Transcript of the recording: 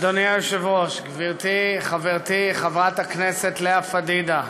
חברת הכנסת לאה פדידה,